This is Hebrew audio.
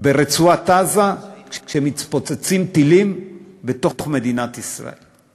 ברצועת-עזה כשמתפוצצים טילים בתוך מדינת ישראל?